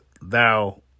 thou